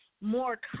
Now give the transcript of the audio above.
more